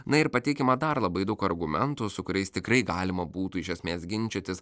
na ir pateikiama dar labai daug argumentų su kuriais tikrai galima būtų iš esmės ginčytis